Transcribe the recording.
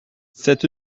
c’est